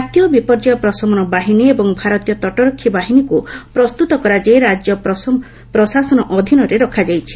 ଜାତୀୟ ବିପର୍ଯ୍ୟୟ ପ୍ରଶମନ ବାହିନୀ ଏବଂ ଭାରତୀୟ ତଟରକ୍ଷୀ ବାହିନୀକୁ ପ୍ରସ୍ତୁତ କରାଯାଇ ରାଜ୍ୟ ପ୍ରଶାସନ ଅଧୀନରେ ରଖାଯାଇଛି